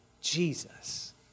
Jesus